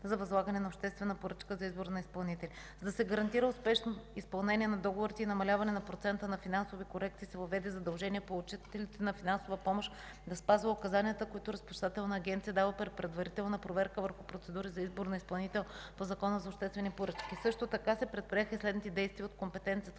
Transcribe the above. за възлагане на обществена поръчка за избор на изпълнители. За да се гарантира успешно изпълнение на договорите и намаляване на процента на финансови корекции, се въведе задължение получателите на финансова помощ да спазват указанията, които Разплащателната агенция дава при предварителна проверка върху процедури за избор на изпълнител по Закона за обществените поръчки. Също така се предприеха и следните действия от компетенцията